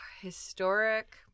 Historic